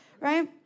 right